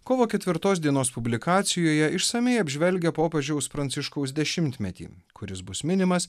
kovo ketvirtos dienos publikacijoje išsamiai apžvelgia popiežiaus pranciškaus dešimtmetį kuris bus minimas